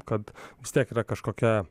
kad vis tiek yra kažkokia